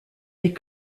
les